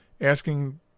asking